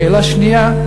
שאלה שנייה: